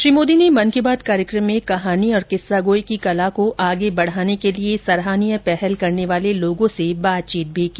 श्री मोदी ने मन की बात कार्यक्रम में कहानी और किस्सागोई की कला को आगे बढाने के लिए सराहनीय पहल करने वाले लोगों से बातचीत भी की